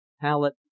palette